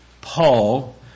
Paul